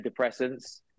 antidepressants